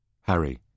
Harry